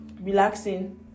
relaxing